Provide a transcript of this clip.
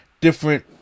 different